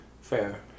Fair